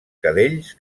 cadells